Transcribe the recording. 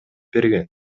берген